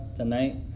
tonight